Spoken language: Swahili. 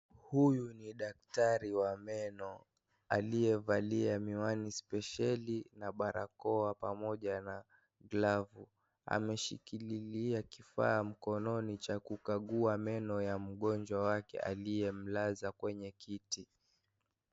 Huyu ni daktari wa meno aliyevalia miwani spesheli na baroka pamoja na glavu, ameshikililia kifaa mkononi cha kukagua meno ya mgonjwa wake aliyemlaza kwenye kiti.